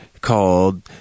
called